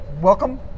welcome